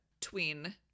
tween